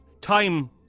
time